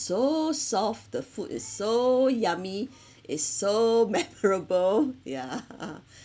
so soft the food is so yummy is so memorable yeah